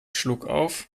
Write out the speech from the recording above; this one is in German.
schluckauf